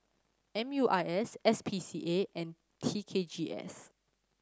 M U I S S P C A and T K G S